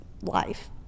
life